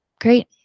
Great